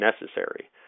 necessary